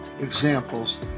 examples